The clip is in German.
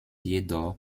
jedoch